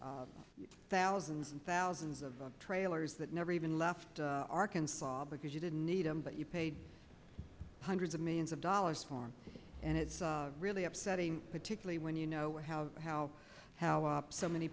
of thousands and thousands of trailers that never even left arkansas because you didn't need them but you paid hundreds of millions of dollars for and it's really upsetting particularly when you know how how how up so many